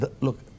look